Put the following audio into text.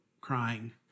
crying